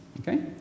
Okay